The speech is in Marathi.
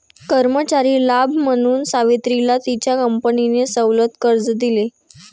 कर्मचारी लाभ म्हणून सावित्रीला तिच्या कंपनीने सवलत कर्ज दिले